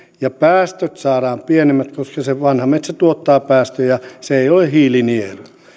ja päästöt saadaan pienemmiksi koska se vanha metsä tuottaa päästöjä se ei ole hiilinielu